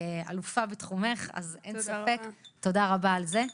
את אלופה בתחומך, אין ספק, אז תודה רבה על זה.